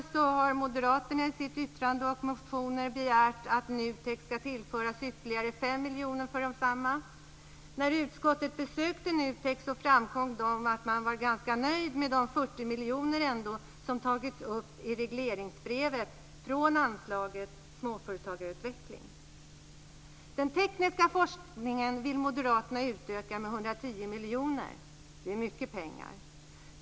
I år har moderaterna i sitt yttrande och sina motioner begärt att NUTEK skall tillföras ytterligare 5 miljoner kronor för detta. När utskottet besökte NUTEK framkom dock att man ändå var ganska nöjd med de Den tekniska forskningen vill moderaterna utöka med 110 miljoner kronor. Det är mycket pengar.